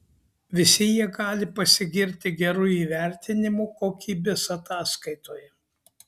visi jie gali pasigirti geru įvertinimu kokybės ataskaitoje